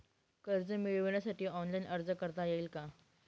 कर्ज मिळविण्यासाठी ऑनलाइन अर्ज करता येईल का?